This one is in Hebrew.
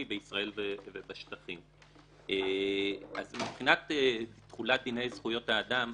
בישראל ובשטחים: מבחינת תחולת דיני זכויות האדם,